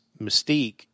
Mystique